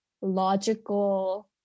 logical